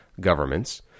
governments